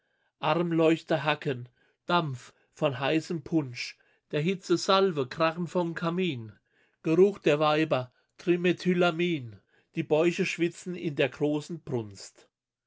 armleuchter hacken dampf von heißem punsch der hitze salven krachen vom kamin geruch der weiber trimethylamin die bäuche schwitzen in der großen brunst